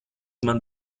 man